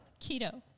keto